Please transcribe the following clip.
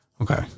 Okay